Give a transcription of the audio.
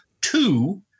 two